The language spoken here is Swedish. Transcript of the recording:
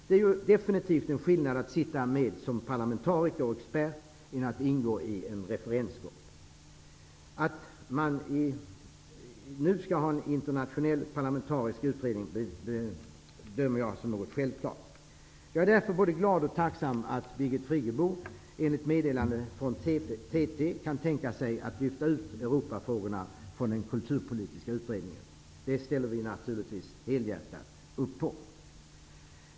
Det är definitivt skillnad mellan att sitta med som parlamentariker och expert och att ingå i en referensgrupp. Att man nu skall ha en internationell parlamentarisk utredning bedömer jag som något självklart. Jag är därför både glad och tacksam att Birgit Friggebo, enligt meddelande från TT, kan tänka sig att lyfta ut Europafrågorna från den kulturpolitiska utredningen. Det ställer vi naturligtvis helhjärtat upp på.